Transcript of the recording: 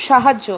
সাহায্য